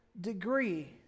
degree